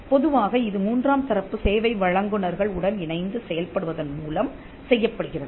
பொதுவாக இது மூன்றாம் தரப்பு சேவை வழங்குநர்கள் உடன் இணைந்து செயல்படுவதன் மூலம் செய்யப்படுகிறது